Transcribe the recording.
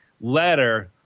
letter